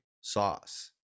sauce